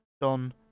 Don